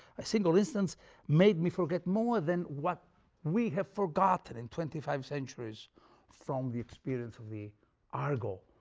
a single instance made me forget more than what we have forgotten in twenty-five centuries from the experience of the argo,